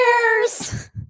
Cheers